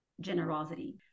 generosity